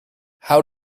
how